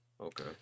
Okay